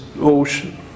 ocean